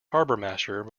harbourmaster